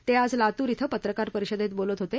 ते आज लातूर इथं पत्रकार परिषदेत बोलत होते